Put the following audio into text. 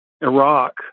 Iraq